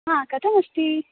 हा कथमस्ति